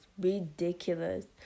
ridiculous